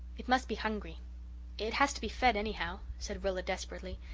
it must be hungry it has to be fed anyhow, said rilla desperately.